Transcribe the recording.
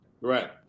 right